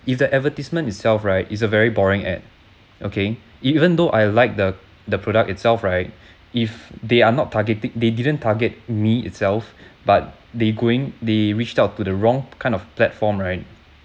if the advertisement itself right is a very boring ad okay even though I like the the product itself right if they are not targeting they didn't target me itself but they going they reach out to the wrong kind of platform right